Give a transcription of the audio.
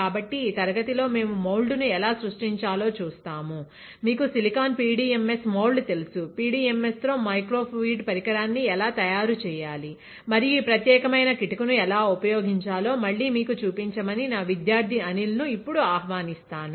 కాబట్టి ఈ తరగతిలో మేము మౌల్డ్ను ఎలా సృష్టించాలో చూస్తాము మీకు సిలికాన్ PDMS మౌల్డ్ తెలుసు PDMSతో మైక్రో ఫ్లూయిడ్ పరికరాన్ని ఎలా తయారు చేయాలి మరియు ఈ ప్రత్యేకమైన కిటుకు ను ఎలా ఉపయోగించాలో మళ్లీ మీకు చూపించమని నా విద్యార్థి అనిల్ ను ఇప్పుడు ఆహ్వానిస్తాను